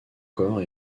corps